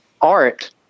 art